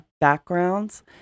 backgrounds